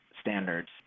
standards